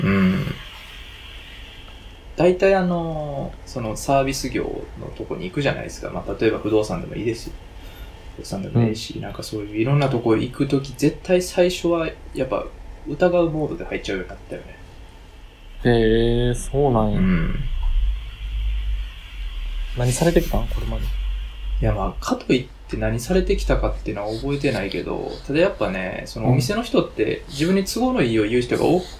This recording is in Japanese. うん。大体あの、そのサービス業のとこに行くじゃないですか。まあ、例えば不動産でもいいですよ。不動産でもいいし、うん。なんかそういういろんなとこ行く時、絶対最初はやっぱ疑うモードで入っちゃうようになったよね。へえ、そうなんや。うん。何されてきたん？これまで。いや、まあ、かといって何されてきたかっていうのは覚えてないけど、ただやっぱね、そのお店の人って自分に都合のいいよう言う人が多くて